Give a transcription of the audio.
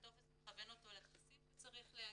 הטופס מכוון אותו לטפסים שצריך להגיש,